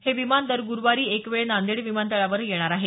हे विमान दर ग़रूवारी एक वेळ नांदेड विमानतळावर येणार आहे